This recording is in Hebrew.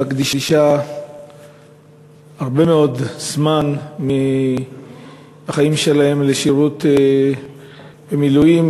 שמקדישה הרבה מאוד זמן מהחיים שלה לשירות מילואים,